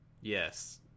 Yes